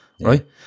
right